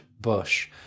Bush